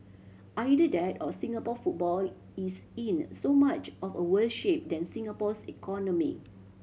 either that or Singapore football is in so much of a worse shape than Singapore's economy